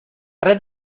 red